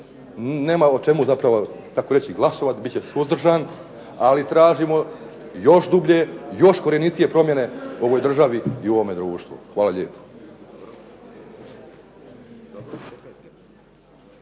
nema o čemu zapravo glasovati, bit će suzdržan. Ali tražimo još dublje, još korjenitije promjene u ovoj državi i u ovome društvu. Hvala lijepo.